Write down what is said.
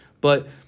but-